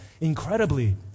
incredibly